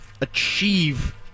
achieve